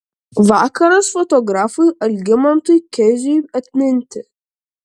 vakaras fotografui algimantui keziui atminti